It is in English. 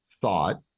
thought